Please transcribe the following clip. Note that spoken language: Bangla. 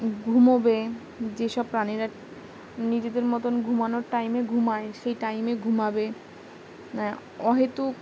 ঘুমোবে যেসব প্রাণীরা নিজেদের মতন ঘুমানোর টাইমে ঘুমায় সেই টাইমে ঘুমাবে